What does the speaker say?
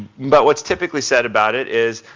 but what's typically said about it is,